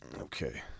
Okay